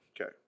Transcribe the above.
Okay